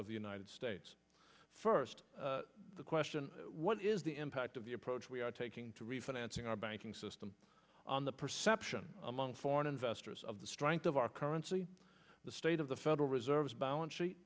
of the united states first the question what is the impact of the approach we are taking to refinancing our banking system on the perception among foreign investors of the strength of our currency the state of the federal reserve's balance sheet